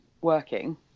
working